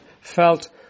felt